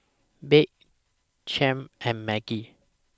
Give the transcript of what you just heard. Babe Clem and Maggie